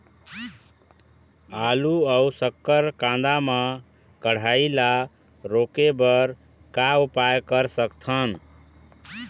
आलू अऊ शक्कर कांदा मा कढ़ाई ला रोके बर का उपाय कर सकथन?